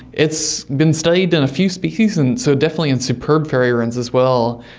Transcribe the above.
it's been studied in a few species, and so definitely in superb fairy wrens as well,